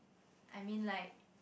I mean like